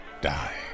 die